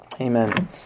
Amen